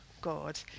God